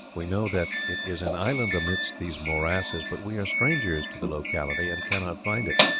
we know that it is an island amidst these morasses, but we are strangers to the locality and cannot find it.